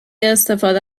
استفاده